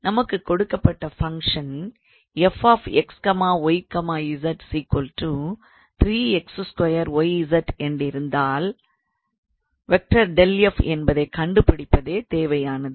நமக்கு கொடுக்கப்பட்ட ஃபங்க்ஷன் 𝑓𝑥 𝑦 𝑧 3𝑥2𝑦𝑧 என்றிருந்தால் என்பதை கண்டுபிடிப்பதே தேவையானது